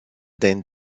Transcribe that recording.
denn